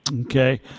Okay